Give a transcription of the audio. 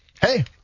Hey